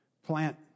plant